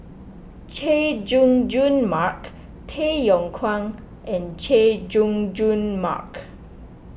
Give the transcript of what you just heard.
Chay Jung Jun Mark Tay Yong Kwang and Chay Jung Jun Mark